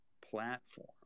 platform